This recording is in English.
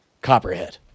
copperhead